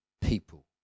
people